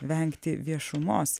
vengti viešumos